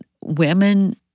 women